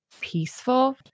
peaceful